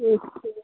अच्छा